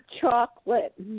chocolate